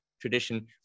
tradition